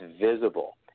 visible